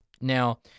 Now